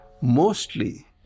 mostly